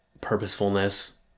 purposefulness